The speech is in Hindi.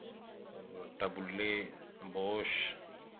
टबुल्ले बोश